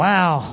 Wow